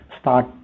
start